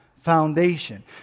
foundation